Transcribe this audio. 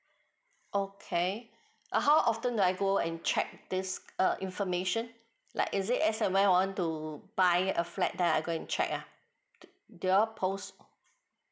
okay uh how often do I go and check this uh information like is it as and when I want to buy a flat then I go and check ah do you all post